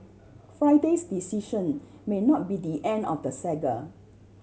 Friday's decision may not be the end of the saga